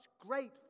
great